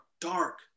dark